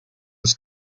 des